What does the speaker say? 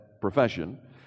profession